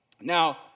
Now